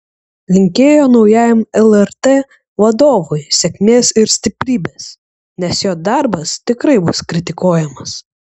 linkėjo naujajam lrt vadovui sėkmės ir stiprybės nes jo darbas tikrai bus kritikuojamas